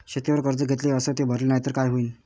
शेतीवर कर्ज घेतले अस ते भरले नाही तर काय होईन?